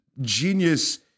genius